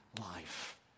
life